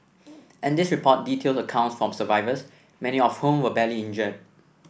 and this report details accounts from survivors many of whom were badly injured